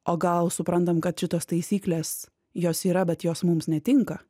o gal suprantam kad šitos taisyklės jos yra bet jos mums netinka